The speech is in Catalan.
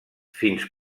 fins